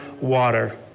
water